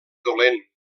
dolent